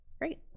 Great